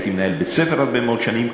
הייתי מנהל בית-ספר הרבה מאוד שנים.